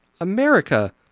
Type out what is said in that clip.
America